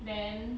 then